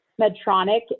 Medtronic